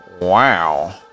wow